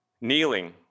kneeling